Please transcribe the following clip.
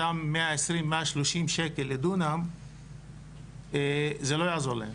אותם 120-130 שקלים לדונם זה לא יעזור להם.